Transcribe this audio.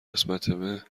قسمتمه